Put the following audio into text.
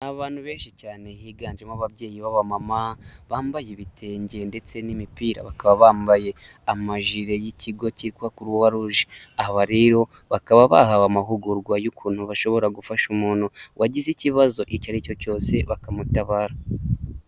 Abantu benshi cyane higanjemo ababyeyi b'abamama bambaye ibitenge ndetse n'imipira, bakaba bambaye amajire y'ikigo cyitwa kuruwaruje, aba rero bakaba bahawe amahugurwa y'ukuntu bashobora gufasha umuntu wagize ikibazo icyo ari cyo cyose bakamutabara.